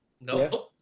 no